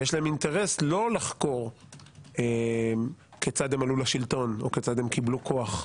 שיש להם אינטרס לא לחקור כיצד הם עלו לשלטון או כיצד הם קיבלו כוח.